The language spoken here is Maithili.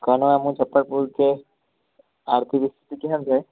कहलहुँ हम मुजफ्फरपुरके आर्थिक स्थिति केहन रहै